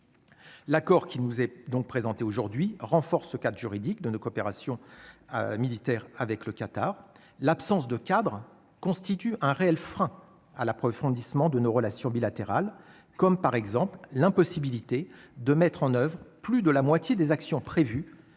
L'accord qui nous est donc présentée aujourd'hui renforce quatre juridique de nos coopération militaire avec le Qatar, l'absence de cadre constitue un réel frein à l'approfondissement de nos relations bilatérales, comme par exemple l'impossibilité de mettre en oeuvre, plus de la moitié des actions prévues